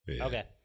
Okay